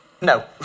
No